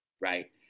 right